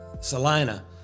Salina